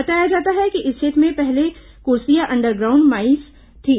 बताया जाता है कि इस क्षेत्र में पहले कुरासिया अंडर ग्राउंड माईस थी